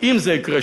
אם זה יקרה,